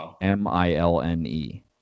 M-I-L-N-E